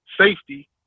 safety